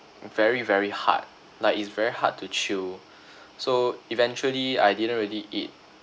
very very hard like it's very hard to chew so eventually I didn't really eat